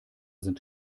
sind